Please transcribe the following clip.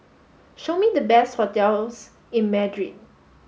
show me the best hotels in Madrid